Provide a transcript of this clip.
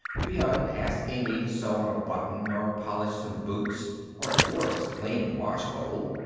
beyond asking me to sew on a button or polish some boots or at worst clean the wash bowl.